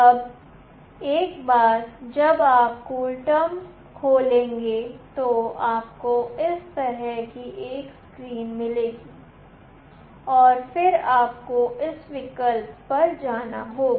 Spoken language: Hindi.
अब एक बार जब आप कूल टर्म खोलेंगे तो आपको इस तरह की एक स्क्रीन मिलेगी और फिर आपको इस विकल्प पर जाना होगा